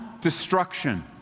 destruction